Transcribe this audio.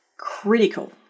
critical